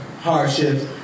hardships